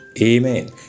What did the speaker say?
Amen